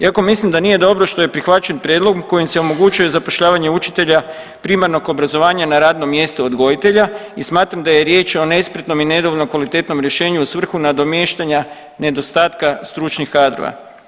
Iako mislim da nije dobro što je prihvaćen prijedlog kojim se omogućuje zapošljavanje učitelja primarnog obrazovanja na radno mjesto odgojitelja i smatram da je riječ o nespretnom i nedovoljno kvalitetnom rješenju u svrhu nadomještanja nedostatka stručnih kadrova.